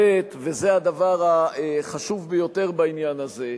דבר אחר, וזה הדבר החשוב ביותר בעניין הזה,